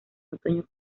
otoño